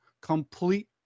complete